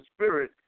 Spirit